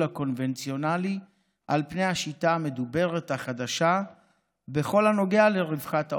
הקונבנציונלי על השיטה המדוברת החדשה בכל הנוגע לרווחת העופות.